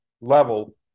level